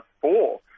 four